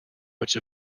which